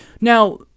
Now